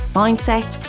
mindset